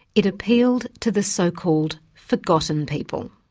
it appealed to the so-called forgotten people.